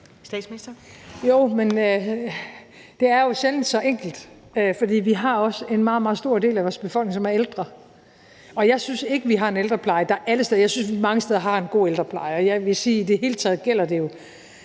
Frederiksen) : Jo, men det er jo sjældent så enkelt, for vi har også en meget, meget stor del af vores befolkning, som er ældre. Og jeg synes, vi mange steder har en god ældrepleje, og jeg vil jo sige, at det i det hele taget gælder, at der